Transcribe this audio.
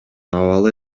абалы